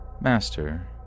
master